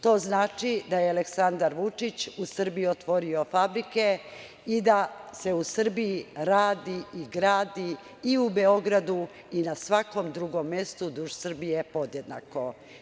To znači da je Aleksandar Vučić u Srbiji otvorio fabrike i da se u Srbiji radi i gradi i u Beogradu i na svakom drugom mestu duž Srbije podjednako.